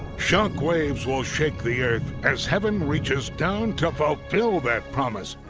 shock waves will shake the earth as heaven reaches down to fulfill that promise.